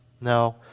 No